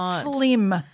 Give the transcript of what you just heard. slim